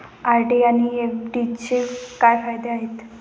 RD आणि एफ.डीचे काय फायदे आहेत?